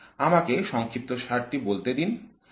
আমাকে সংক্ষিপ্তসারটি বলেতে তিনি